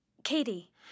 Katie